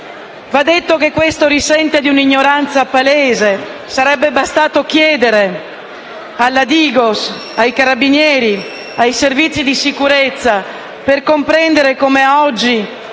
Va detto che questo risente di un'ignoranza palese. Sarebbe bastato chiedere alla Digos, ai Carabinieri, ai Servizi di sicurezza, per comprendere come oggi,